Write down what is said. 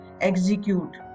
execute